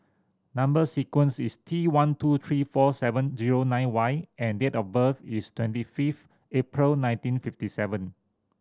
number sequence is T one two three four seven zero nine Y and date of birth is twenty fifth April nineteen fifty seven